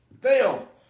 Fail